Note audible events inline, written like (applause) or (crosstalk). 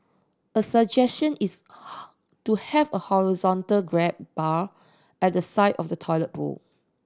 a suggestion is (unintelligible) to have a horizontal grab bar at the side of the toilet bowl